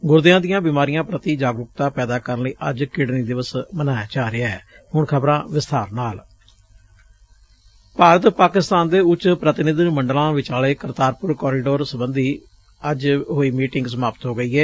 ਗੁਰਦਿਆਂ ਦੀਆਂ ਬਿਮਾਰੀਆਂ ਪੂਤੀ ਜਾਗਰੁਕਤਾ ਪੈਦਾ ਕਰਨ ਲਈ ਅੱਜ ਕਿਡਨੀ ਦਿਵਸ ਮਨਾਇਆ ਜਾ ਭਾਰਤ ਪਾਕਿਸਤਾਨ ਦੇ ਉਚ ਪ੍ਰਤੀਨਿਧੀ ਮੰਡਲਾਂ ਵਿਚਾਲੇ ਕਰਤਾਰਪੁਰ ਕੋਰੀਡੋਰ ਸਬੰਧੀ ਮੀਟਿੰਗ ਸਮਾਪਤ ਹੋ ਗਈ ਏ